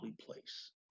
place